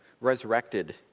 resurrected